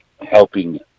helping